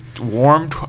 warm